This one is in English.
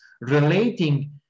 relating